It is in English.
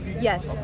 Yes